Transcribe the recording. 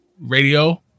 radio